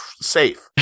safe